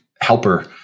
helper